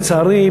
לצערי,